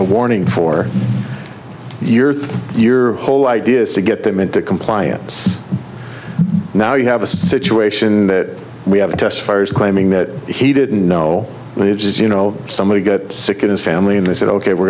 a warning for your thing your whole idea is to get them into compliance now you have a situation that we have a test fires claiming that he didn't know what it is you know somebody gets sick in his family and they said ok we're